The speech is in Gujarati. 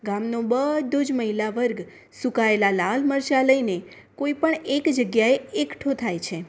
ગામનો બધો જ મહિલા વર્ગ સુકાયેલા લાલ મરચા લઈને કોઈ પણ એક જગ્યાએ એકઠો થાય છે